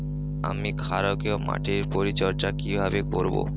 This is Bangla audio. আমি ক্ষারকীয় মাটির পরিচর্যা কিভাবে করব?